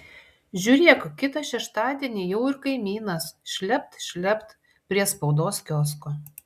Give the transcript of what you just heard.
žiūrėk kitą šeštadienį jau ir kaimynas šlept šlept prie spaudos kiosko